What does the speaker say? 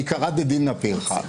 מעיקרא דדינא פירכא.